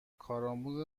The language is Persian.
کارآموز